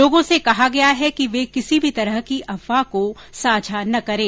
लोगों से कहा गया है कि वे किसी भी तरह की अफवाह को साझा न करें